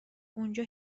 اونجا